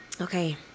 Okay